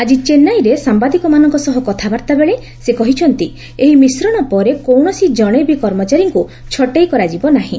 ଆଜି ଚେନ୍ନାଇରେ ସାମ୍ଭାଦିକମାନଙ୍କ ସହ କଥାବାର୍ତ୍ତାବେଳେ ସେ କହିଛନ୍ତି ଏହି ମିଶ୍ରଣ ପରେ କୌଣସି ଜଣେ ବି କର୍ମଚାରୀଙ୍କୁ ଛଟେଇ କରାଯିବ ନାହିଁ